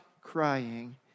crying